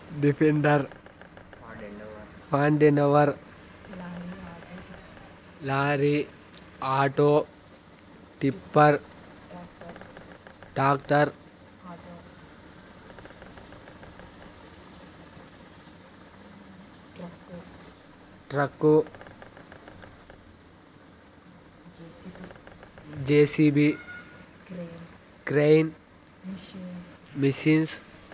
defender Ford Endeavour lorry auto tipper tractor truck JCB crane Nissin